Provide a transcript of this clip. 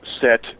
set